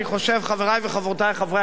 חברי וחברותי חברי הכנסת,